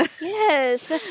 Yes